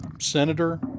senator